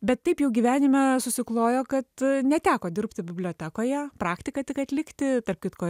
bet taip jau gyvenime susiklojo kad neteko dirbti bibliotekoje praktika tik atlikti tarp kitko